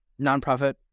nonprofit